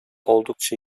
oldukça